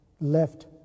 left